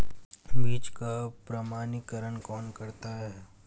बीज का प्रमाणीकरण कौन करता है?